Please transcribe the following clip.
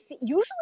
usually